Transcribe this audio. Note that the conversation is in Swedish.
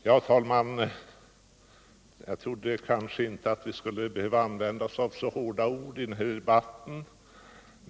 Herr talrman! Jag trodde inte att vi skulle behöva använda så hårda ord i den här debatten.